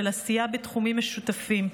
של עשייה בתחומים משותפים,